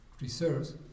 reserves